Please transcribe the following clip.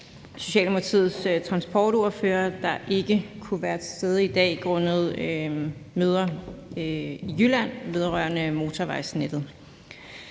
Socialdemokratiets transportordfører, der ikke kunne være til stede i dag grundet møder i Jylland vedrørende motorvejsnettet.